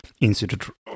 Institute